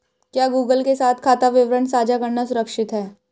क्या गूगल के साथ खाता विवरण साझा करना सुरक्षित है?